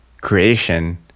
creation